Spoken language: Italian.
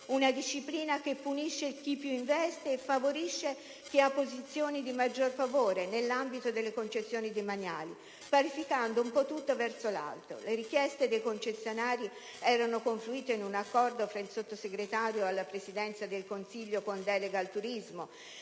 una disciplina che punisce chi più investe e favorisce chi ha posizioni di maggior favore nell'ambito delle concessioni demaniali, parificando un po' tutto verso l'alto. Le richieste dei concessionari erano confluite in un accordo tra il Sottosegretario alla Presidenza del Consiglio con delega al turismo,